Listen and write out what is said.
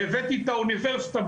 והבאתי את האוניברסיטה,